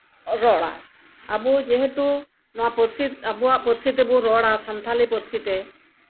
ᱨᱚᱲᱟ ᱟᱵᱚ ᱡᱮᱦᱮᱛᱩ ᱚᱱᱟ ᱯᱟᱹᱨᱥᱤᱛᱮ ᱟᱵᱚᱣᱟᱜ ᱯᱟᱹᱨᱥᱤ ᱛᱮᱵᱚᱱ ᱨᱚᱲᱟ ᱥᱟᱱᱛᱟᱞᱤ ᱯᱟᱹᱨᱥᱤᱛᱮ